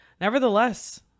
nevertheless